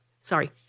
Sorry